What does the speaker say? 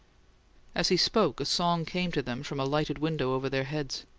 as he spoke, a song came to them from a lighted window over their heads.